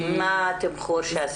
מה התמחור?